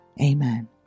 Amen